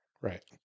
Right